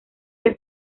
que